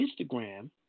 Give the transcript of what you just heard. Instagram